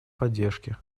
поддержки